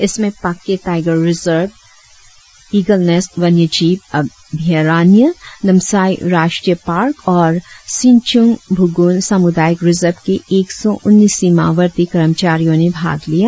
इसमें Pakke tiger reserve Eaglenest वन्य जीव अभयारण्य नामसाई राष्ट्रीय पार्क और सिनचुंग भूगुन सामुदायिक रिजर्व के एक सौ उन्नीस सीमावर्ती कर्मचारियों ने भाग लिया